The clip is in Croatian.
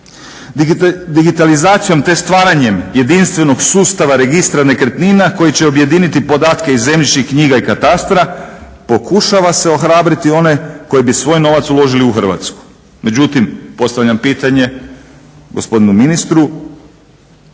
Digitalizacijom te stvaranjem jedinstvenog sustava Registra nekretnina koji će objediniti podatke iz zemljišnih knjiga i katastra pokušava se ohrabriti one koji bi svoj novac uložili u Hrvatsku. Međutim, imam pitanje gospodinu ministru,